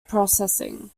processing